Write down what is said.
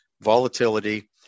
volatility